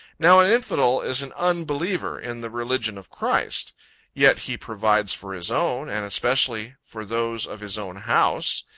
now an infidel, is an unbeliever in the religion of christ yet he provides for his own, and especially for those of his own house.